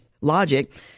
logic